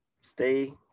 stay